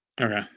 Okay